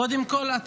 קודם כול,